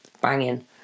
banging